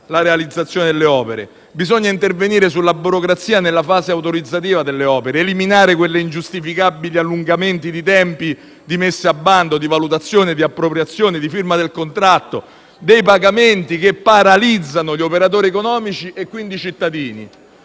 la realizzazione delle opere. Bisogna intervenire sulla burocrazia nella fase autorizzativa delle opere, eliminare quegli ingiustificabili allungamenti di tempi, di messa a bando, di valutazione di appropriazione, di firma del contratto e di pagamenti che paralizzano gli operatori economici e, quindi, i cittadini.